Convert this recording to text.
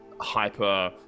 hyper